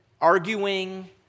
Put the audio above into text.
arguing